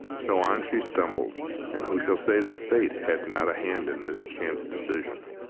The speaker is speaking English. so on she stumbled and who shall say that fate had not a hand in this chance decision?